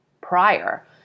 prior